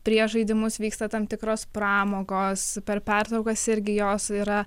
prieš žaidimus vyksta tam tikros pramogos per pertraukas irgi jos yra